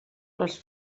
les